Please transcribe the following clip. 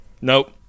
Nope